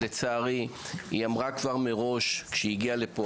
לצערי, היא אמרה כבר מראש, כשהיא הגיעה לפה,